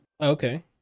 Okay